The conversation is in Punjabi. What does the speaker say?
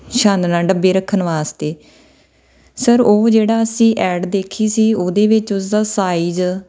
ਛਾਨਣਾ ਡੱਬੇ ਰੱਖਣ ਵਾਸਤੇ ਸਰ ਉਹ ਜਿਹੜਾ ਅਸੀਂ ਐਡ ਦੇਖੀ ਸੀ ਉਹਦੇ ਵਿੱਚ ਉਸਦਾ ਸਾਈਜ਼